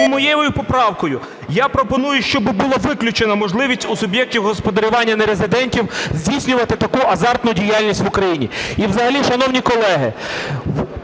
моєю поправкою я пропоную, щоби була виключена можливість у суб'єктів господарювання нерезидентів здійснювати таку азартну діяльність в Україні. І взагалі, шановні колеги,